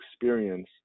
experience